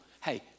Hey